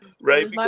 Right